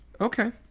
Okay